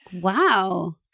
Wow